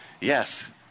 Yes